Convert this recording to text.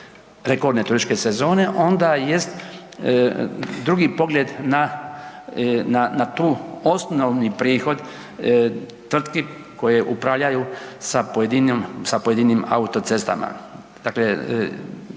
rekordne turističke sezone, onda jest drugi pogled na, na, na tu osnovni prihod tvrtki koje upravljaju sa pojedinim, sa